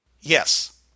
Yes